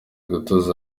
gutuza